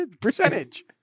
Percentage